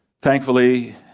thankfully